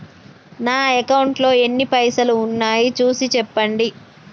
నా అకౌంట్లో ఎన్ని పైసలు ఉన్నాయి చూసి చెప్పండి?